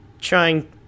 trying